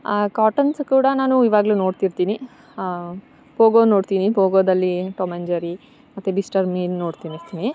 ಆ ಕಾರ್ಟೊನ್ಸ್ ಕೂಡ ನಾನು ಇವಾಗಲೂ ನೋಡ್ತಿರ್ತೀನಿ ಪೋಗೋ ನೋಡ್ತೀನಿ ಪೊಗೋದಲ್ಲಿ ಟಾಮ್ ಆಂಡ್ ಜೆರಿ ಮತ್ತು ಬಿಸ್ಟರ್ ಮೀನ್ ನೋಡ್ತಿನಿರ್ತೀನಿ